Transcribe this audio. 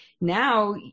now